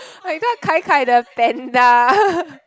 oh you Kai-Kai the panda